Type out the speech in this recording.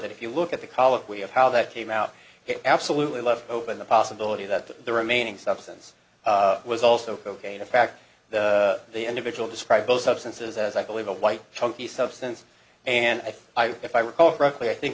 that if you look at the colloquy of how that came out it absolutely left open the possibility that the remaining substance was also cocaine the fact that the individual described both substances as i believe a white chunky substance and if i recall correctly i think